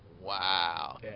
Wow